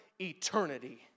eternity